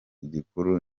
igikuru